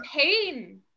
pain